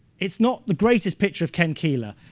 it's not the greatest picture of ken keeler.